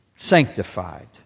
Sanctified